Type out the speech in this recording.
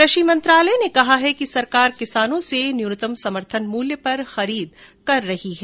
कृषि मंत्रालय ने कहा है कि सरकार किसानों से न्यूनतम समर्थन मूल्य पर खरीद कर रही है